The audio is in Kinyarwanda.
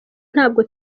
ntabwo